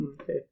Okay